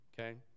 okay